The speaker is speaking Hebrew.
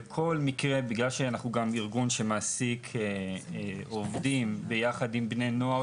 בגלל שאנחנו ארגון שמעסיק עובדים כולל בני הנוער